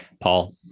Paul